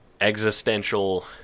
existential